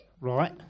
Right